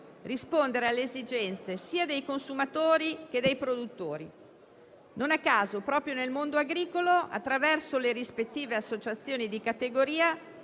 rispondere alle esigenze sia dei consumatori, sia dei produttori. Non a caso, proprio dal mondo agricolo, attraverso le rispettive associazioni di categoria,